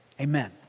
amen